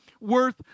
worth